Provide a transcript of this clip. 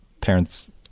parents